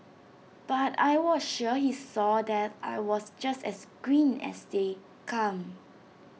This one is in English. but I was sure he saw that I was just as green as they come